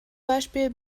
beispiel